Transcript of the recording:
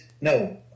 No